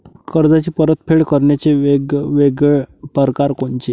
कर्जाची परतफेड करण्याचे वेगवेगळ परकार कोनचे?